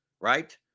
right